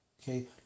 Okay